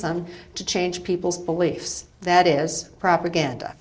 some to change people's beliefs that is propaganda